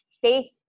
faith